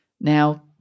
Now